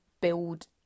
build